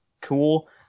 cool